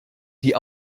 die